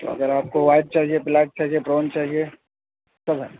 اگر آپ کو وائٹ چاہیے بلیک چاہیے براؤن چاہیے سب ہے